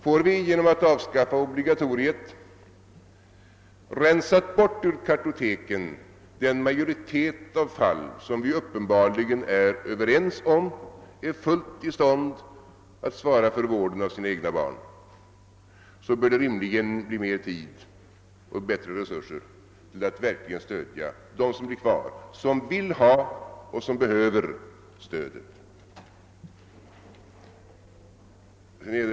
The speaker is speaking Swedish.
Om vi genom ett avskaffande av obligatoriet ur kartoteken får rensa bort den majoritet av fallen, där föräldern enligt vad vi är ense om är fullt i stånd att svara för vården av sina egna barn, bör det rimligen bli mera tid och resurser över för att verkligen stödja de återstående fallen, där föräldern önskar och behöver ett bistånd.